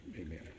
amen